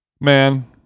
man